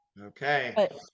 Okay